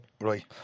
Right